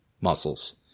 muscles